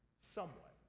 somewhat